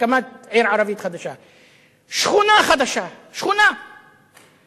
הקמת עיר ערבית חדשה, שכונה חדשה, שכונה להקים.